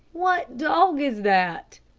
what dog is that?